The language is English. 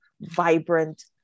vibrant